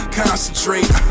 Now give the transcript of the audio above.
concentrate